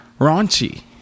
raunchy